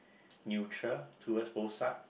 neutral towards both side